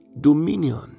dominion